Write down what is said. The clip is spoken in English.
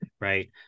right